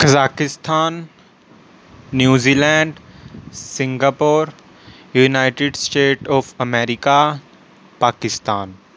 Kazakhstan New Zealand Singapore United States of America Pakistan